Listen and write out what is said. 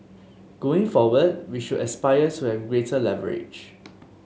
going forward we should aspire to have greater leverage